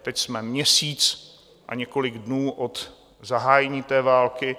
Teď jsme měsíc a několik dnů od zahájení té války.